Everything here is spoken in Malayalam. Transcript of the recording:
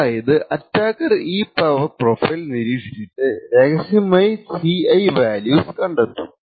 അതായത് അറ്റാക്കർ ഈ പവർ പ്രൊഫൈൽ നിരീക്ഷിച്ചിട്ട് രഹസ്യമായ Ci വാല്യൂസ് കണ്ടെത്തും